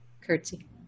curtsy